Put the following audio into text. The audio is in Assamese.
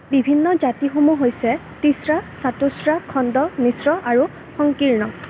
বিভিন্ন জাতিসমূহ হৈছে তিছৰা চাতুস্ৰা খণ্ড মিশ্ৰ আৰু সংকীৰ্ণ